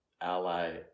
ally